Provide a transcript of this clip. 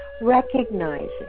Recognizing